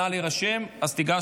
נא להירשם/ אז תיגש,